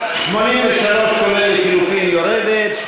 יורדת.